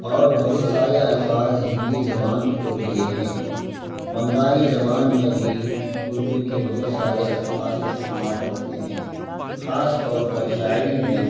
اور بہت سارے الفاظ ہندی زبان کو دیے ہیں بنگالی زبان میں بھی اردو کے بہت سارے الفاظ استعمال ہوتے ہیں خاص طور پر شاعری میں